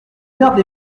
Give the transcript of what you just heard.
garde